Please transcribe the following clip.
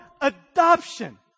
adoption